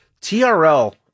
TRL